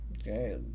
Okay